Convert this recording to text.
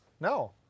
No